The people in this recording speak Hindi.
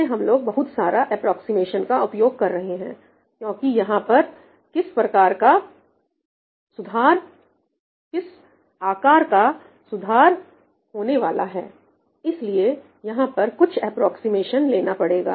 फिर से हम लोग बहुत सारा एप्रोक्सीमेशन का उपयोग कर रहे हैं क्योंकि यहां पर किस आकार का सुधार होने वाला है इसलिए यहां पर कुछ एप्रोक्सीमेशन लेना पड़ेगा